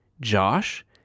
Josh